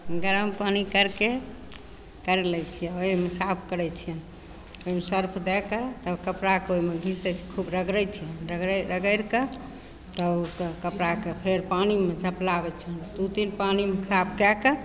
गरम पानि करिके कर लै छियै ओइमे साफ करय छियै ओइमे सर्फ दए कऽ तब कपड़ाके ओइमे घिसय छियै खूब रगरय छियै रगरि रगरि कऽ तब कपड़ाके फेर पानिमे फुलाबय छियै दू तीन पानिमे साफ कए कऽ